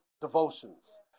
devotions